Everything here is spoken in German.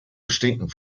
bestehenden